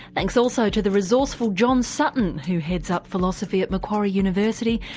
thanks also to the resourceful john sutton who heads up philosophy at macquarie university,